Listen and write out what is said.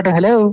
Hello